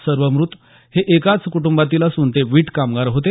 सर्व मृत्त हे एकाच कुटुंबातील असून ते वीट कामगार होते